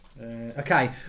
Okay